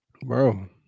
Bro